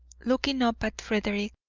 looking up at frederick.